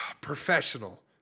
professional